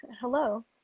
hello